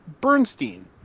Bernstein